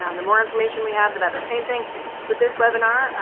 um the more information we have, the better. same thing with this webinar.